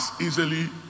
easily